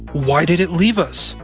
why did it leave us?